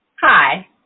Hi